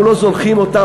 אנחנו לא זונחים אותם.